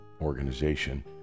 organization